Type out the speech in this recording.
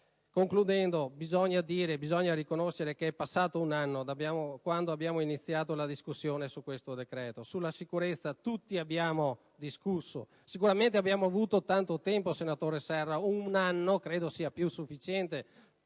Concludendo, bisogna riconoscere che è passato un anno da quando abbiamo iniziato la discussione di questo decreto. Sulla sicurezza tutti abbiamo discusso e sicuramente abbiamo avuto tanto tempo, senatore Serra: un anno credo sia più che sufficiente